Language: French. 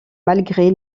malgré